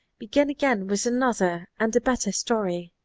begin again with another and a better story.